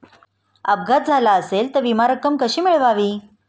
अपघात झाला असेल तर विमा रक्कम कशी मिळवावी?